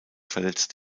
verletzt